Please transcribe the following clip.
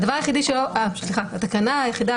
התקנה היחידה,